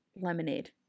Lemonade